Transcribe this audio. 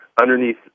underneath